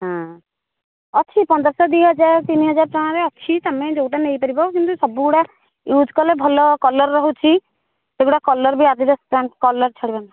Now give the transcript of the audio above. ହଁ ଅଛି ପନ୍ଦରଶହ ଦୁଇହଜାର ତିନିହଜାର ଟଙ୍କାରେ ଅଛି ତୁମେ ଯେଉଁଟା ନେଇପାରିବ କିନ୍ତୁ ସବୁଗୁଡ଼ା ଇଉଜୁ କଲେ ଭଲ କଲର ରହୁଛି ସେଗୁଡ଼ା କଲର ବି ଆଡ଼ିଡାସ ପେଣ୍ଟ୍ କଲର ଛାଡି଼ବନି